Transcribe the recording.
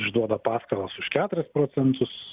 išduoda paskolas už keturis procentus